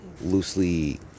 loosely